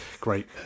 great